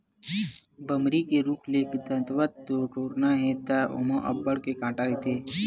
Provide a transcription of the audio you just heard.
बमरी के रूख ले दतवत टोरना हे त ओमा अब्बड़ के कांटा रहिथे